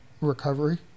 recovery